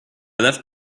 left